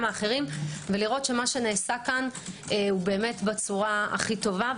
האחרים ולראות שמה שנעשה כאן הוא בצורה הכי טובה.